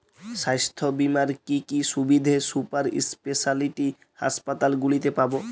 স্বাস্থ্য বীমার কি কি সুবিধে সুপার স্পেশালিটি হাসপাতালগুলিতে পাব?